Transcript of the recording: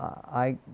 i